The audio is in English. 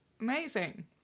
Amazing